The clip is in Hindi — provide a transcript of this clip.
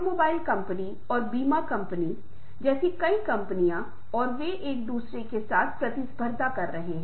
लचीला होने और फिर से ध्यान केंद्रित करने से लचीलापन होना चाहिए यह अब तक साझा की गई कई अन्य चीजों के साथ करना है